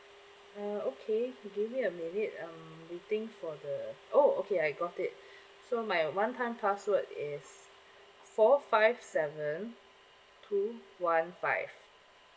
uh okay give me a minute I'm waiting for the oh okay I got it so my one time password is four five seven two one five